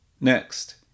Next